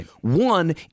One